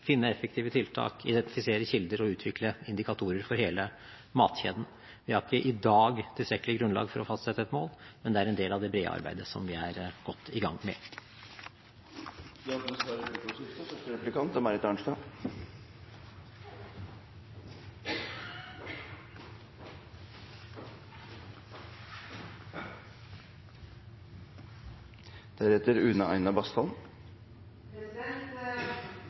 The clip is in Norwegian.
finne effektive tiltak, identifisere kilder og utvikle indikatorer for hele matkjeden. Vi har ikke i dag tilstrekkelig grunnlag for å fastsette et mål, men det er en del av det brede arbeidet som vi er godt i gang med. Det åpnes for replikkordskifte.